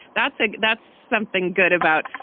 that's like that's something good about,